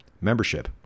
membership